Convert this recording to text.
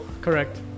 Correct